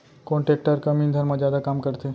कोन टेकटर कम ईंधन मा जादा काम करथे?